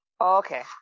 Okay